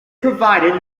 provided